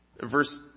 Verse